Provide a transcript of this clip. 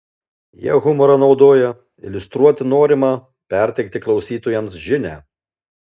jie humorą naudoja iliustruoti norimą perteikti klausytojams žinią